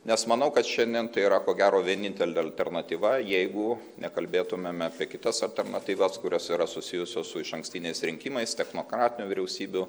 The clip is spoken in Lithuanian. nes manau kad šiandien tai yra ko gero vienintelė alternatyva jeigu nekalbėtumėme apie kitas alternatyvas kurios yra susijusios su išankstiniais rinkimais technokratinių vyriausybių